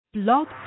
Blog